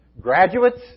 graduates